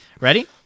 Ready